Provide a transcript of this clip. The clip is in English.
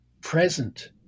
present